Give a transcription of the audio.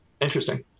Interesting